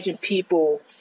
people